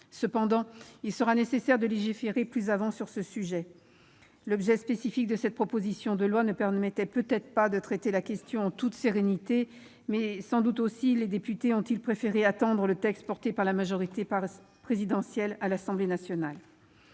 sera toutefois nécessaire de légiférer plus avant sur ce sujet. L'objet spécifique de cette proposition de loi ne permettait peut-être pas de traiter la question en toute sérénité. Sans doute aussi les députés ont-ils préféré attendre le texte porté par la majorité présidentielle à l'Assemblée nationale.